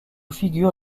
figure